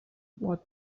what